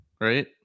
right